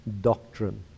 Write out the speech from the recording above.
doctrine